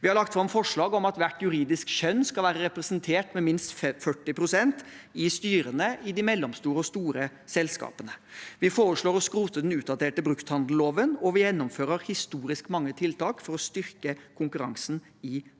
Vi har lagt fram forslag om at hvert juridiske kjønn skal være representert med minst 40 pst. i styrene i de mellomstore og store selskapene. Vi foreslår å skrote den utdaterte brukthandelloven, og vi gjennomfører historisk mange tiltak for å styrke konkurransen i